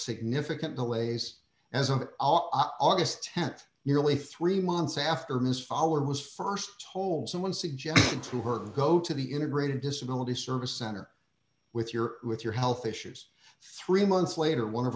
significant delays as of august th nearly three months after ms follower was st told someone suggested to her to go to the integrated disability service center with your with your health issues three months later one of